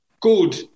good